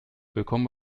willkommen